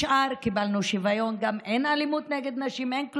קיבלנו שוויון, גם אין אלימות נגד נשים, אין כלום.